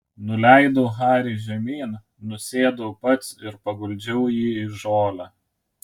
nuleidau harį žemyn nusėdau pats ir paguldžiau jį į žolę